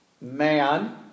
man